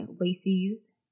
Lacey's